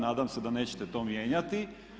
Nadam se da nećete to mijenjati.